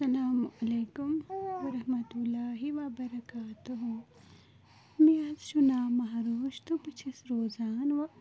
اَلسلامُ علیکُم وَرحمتہ اللہ وَبَرکاتُہہ مےٚ حظ چھُ ناو مہروٗش تہٕ بہٕ چھس روزان